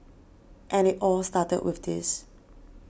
and it all started with this